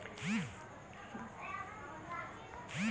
সরিষা থেকে প্রাপ্ত পাতা বিভিন্ন খাবারে দেওয়া হয়